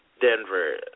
Denver